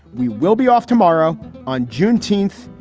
we will be off tomorrow on juneteenth.